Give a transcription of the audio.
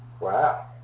Wow